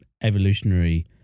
evolutionary